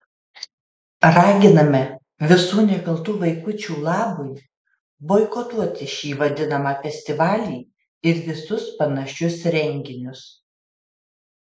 raginame visų nekaltų vaikučių labui boikotuoti šį vadinamą festivalį ir visus panašius renginius